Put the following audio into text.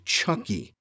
Chucky